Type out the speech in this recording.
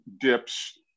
dips